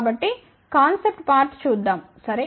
మొదట concept part చూద్దాం సరే